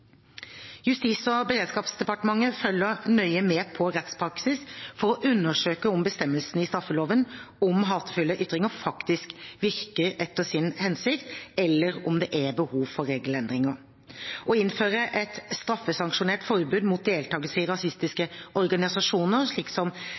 Justis- og beredskapsdepartementet følger nøye med på rettspraksis for å undersøke om bestemmelsen i straffeloven om hatefulle ytringer faktisk virker etter sin hensikt, eller om det er behov for regelendringer. Å innføre et straffesanksjonert forbud mot deltakelse i rasistiske